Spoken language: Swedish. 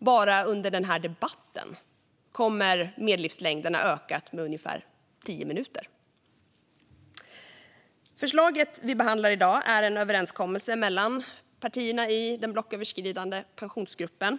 Bara under den här debatten kommer medellivslängden att ha ökat med ungefär tio minuter. Förslaget vi behandlar i dag är en överenskommelse mellan partierna i den blocköverskridande pensionsgruppen